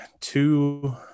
two